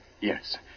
Yes